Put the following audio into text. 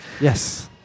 Yes